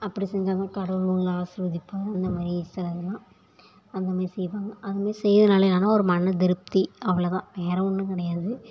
அப்படி செஞ்சா தான் கடவுள் உங்களை ஆசிர்வதிப்பாங்க அந்த மாரி சிலதெலாம் அந்த மாரி செய்வாங்க அந்த மாரி செய்கிறதுனால என்னென்னா ஒரு மன திருப்தி அவ்வளோ தான் வேறே ஒன்றும் கிடையாது